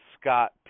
Scott